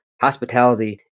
Hospitality